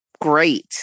great